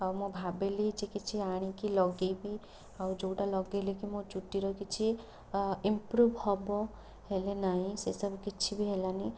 ଆଉ ମୁଁ ଭାବିଲି ଯେ କିଛି ଆଣିକି ଲଗାଇବି ଆଉ ଯଉଟା ଲଗେଇଲେକି ମୋ ଚୁଟିର କିଛି ଇମ୍ପପୃଭ ହେବ ହେଲେ ନାଇଁ ସେସବୁ କିଛିବି ହେଲାନି